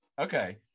Okay